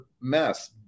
mess